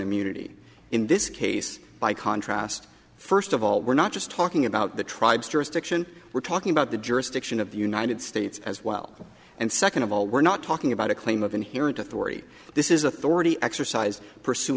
immunity in this case by contrast first of all we're not just talking about the tribes jurisdiction we're talking about the jurisdiction of the united states as well and second of all we're not talking about a claim of inherent authority this is authority exercised pursu